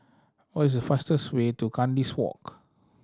what is the fastest way to Kandis Walk